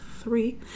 three